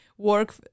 work